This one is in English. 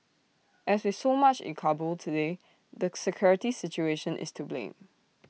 as with so much in Kabul today the security situation is to blame